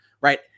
right